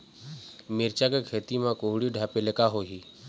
मिरचा के खेती म कुहड़ी ढापे ले का होही?